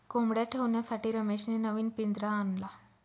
कोंबडया ठेवण्यासाठी रमेशने नवीन पिंजरा आणला